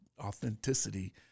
authenticity